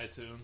iTunes